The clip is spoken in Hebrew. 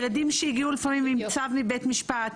ילדים שהגיעו לפעמים עם צו מבית משפט,